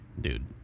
Dude